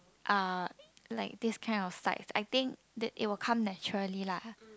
uh like this kind of sides I think t~ it will come naturally lah